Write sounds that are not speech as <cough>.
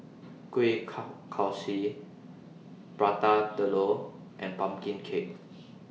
Kuih <unintelligible> Kaswi Prata Telur and Pumpkin Cake